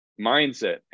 mindset